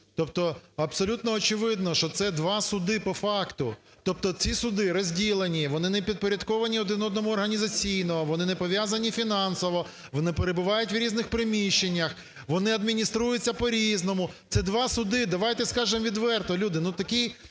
Тобто абсолютно очевидно, що це два суди по факту, тобто ці суди розділені, вони не підпорядковані один одному організаційно, вони не пов'язані фінансово, вони перебувають в різних приміщеннях, вони адмініструються по-різному. Це два суди. Давайте скажемо відверто, люди, ну-таки,